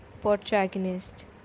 protagonist